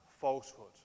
falsehood